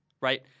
right